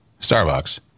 Starbucks